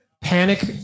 panic